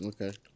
Okay